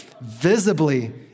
visibly